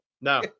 no